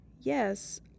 yes